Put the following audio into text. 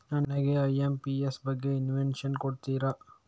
ನನಗೆ ಐ.ಎಂ.ಪಿ.ಎಸ್ ಬಗ್ಗೆ ಇನ್ಫೋರ್ಮೇಷನ್ ಕೊಡುತ್ತೀರಾ?